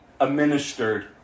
administered